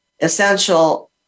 essential